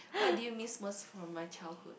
what did you miss most from my childhood